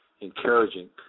encouraging